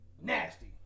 nasty